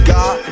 God